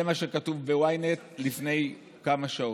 זה מה שכתוב ב-ynet לפני כמה שעות: